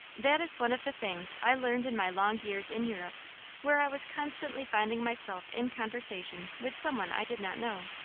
that is one of the things i learned in my long years in europe where i was constantly finding myself in conversation with some one i did not know.